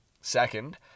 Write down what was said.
Second